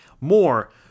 more